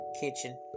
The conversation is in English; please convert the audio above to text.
kitchen